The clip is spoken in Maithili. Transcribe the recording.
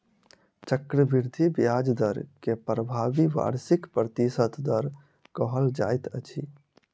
चक्रवृद्धि ब्याज दर के प्रभावी वार्षिक प्रतिशत दर कहल जाइत अछि